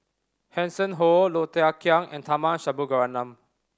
Hanson Ho Low Thia Khiang and Tharman Shanmugaratnam